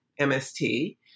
MST